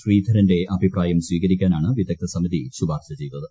ശ്രീധരന്റെ അഭിപ്രായം സ്വീകരിക്കാനാണ് വിദഗ്ധ സമിതി ശുപാർശ ചെയ്തത്